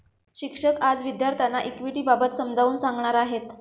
शिक्षक आज विद्यार्थ्यांना इक्विटिबाबत समजावून सांगणार आहेत